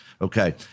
Okay